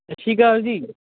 ਸਤਿ ਸ਼੍ਰੀ ਅਕਾਲ ਜੀ